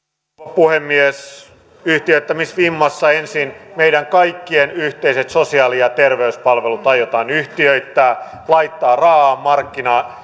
puhemies yhtiöittämisvimmassa ensin meidän kaikkien yhteiset sosiaali ja terveyspalvelut aiotaan yhtiöittää laittaa raaasti markkinoille